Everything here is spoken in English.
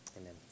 amen